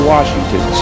Washington